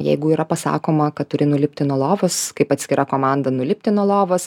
jeigu yra pasakoma kad turi nulipti nuo lovos kaip atskira komanda nulipti nuo lovos